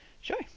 Sure